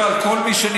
יכול להיות.